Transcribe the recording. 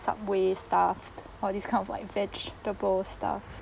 subway stuffed or these kind of like vegetable stuff